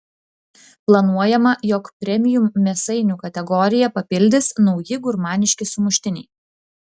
planuojama jog premium mėsainių kategoriją papildys nauji gurmaniški sumuštiniai